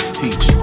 teach